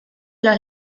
los